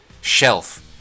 shelf